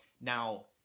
Now